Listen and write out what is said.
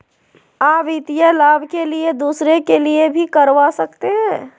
आ वित्तीय लाभ के लिए दूसरे के लिए भी करवा सकते हैं?